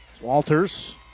Walters